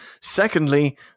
Secondly